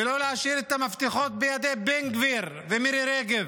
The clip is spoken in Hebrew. ולא להשאיר את המפתחות בידי בן גביר ומירי רגב.